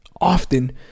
often